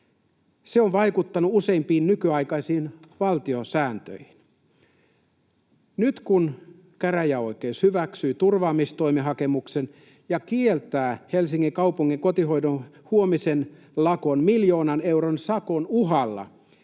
Se on vaikuttanut useimpiin nykyaikaisiin valtiosääntöihin. Nyt, kun käräjäoikeus hyväksyy turvaamistoimihakemuksen ja kieltää Helsingin kaupungin kotihoidon huomisen lakon miljoonan euron sakon uhalla,